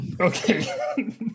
Okay